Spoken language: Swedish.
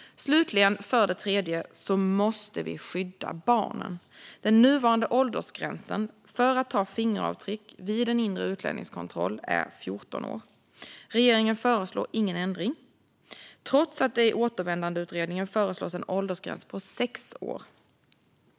Slutligen, för det tredje: Vi måste skydda barnen. Den nuvarande åldersgränsen för att ta fingeravtryck vid en inre utlänningskontroll är 14 år. Regeringen föreslår ingen ändring, trots att Återvändandeutredningen föreslår en åldersgräns på sex år.